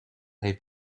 heeft